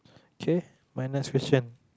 okay my last question